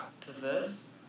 Perverse